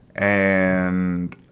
and,